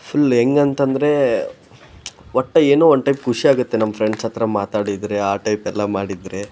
full ಹೆಂಗಂತಂದರೆ ಒಟ್ಟು ಏನೋ ಒಂದು ಟೈಪ್ ಖುಷಿಯಾಗತ್ತೆ ನಮ್ಮ ಫ್ರೆಂಡ್ಸ್ ಹತ್ರ ಮಾತಾಡಿದ ರೆಆ ಟೈಪೆಲ್ಲ ಮಾಡಿದರೆ